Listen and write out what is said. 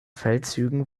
feldzügen